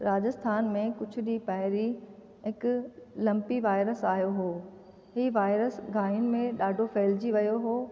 राजस्थान में कुझु ॾींहं पहिरीं हिकु लम्पी वायरस आयो हो हीउ वायरस गांयुन में ॾाढो फहिलिजी वियो हो